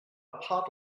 part